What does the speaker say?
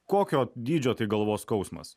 kokio dydžio tai galvos skausmas